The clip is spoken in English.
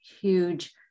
huge